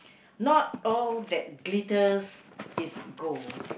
not all that glitters is gold